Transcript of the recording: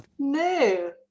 No